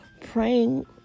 praying